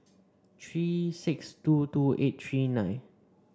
three six two two eight three nine